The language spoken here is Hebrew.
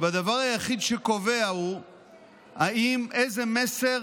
והדבר היחיד שקובע הוא איזה מסר